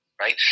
Right